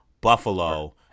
Buffalo